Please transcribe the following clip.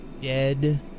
dead